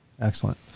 Excellent